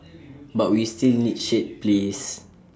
but we still need shade please